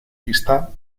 pista